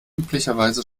üblicherweise